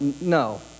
No